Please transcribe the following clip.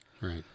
Right